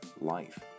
life